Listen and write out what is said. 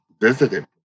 visited